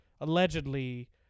allegedly